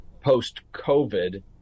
post-COVID